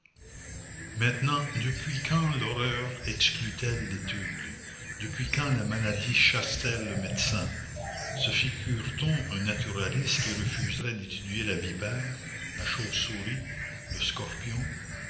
maintenant depuis quand l'horreur exclut elle l'étude depuis quand la maladie chasse t elle le médecin se figure-t-on un naturaliste qui refuserait d'étudier la vipère la chauve-souris le scorpion